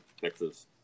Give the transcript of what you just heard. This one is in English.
Texas